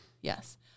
yes